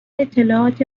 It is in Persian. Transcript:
اطلاعات